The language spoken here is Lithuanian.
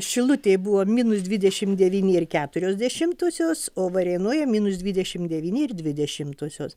šilutėj buvo minus dvidešim devyni ir keturios dešimtosios o varėnoje minus dvidešim devyni ir dvi dešimtosios